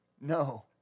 no